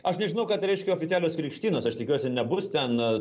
aš nežinau ką tai reiškia oficialios krikštynos aš tikiuosi nebus ten